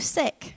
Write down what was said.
sick